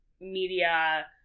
media